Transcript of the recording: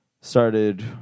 started